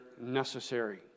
necessary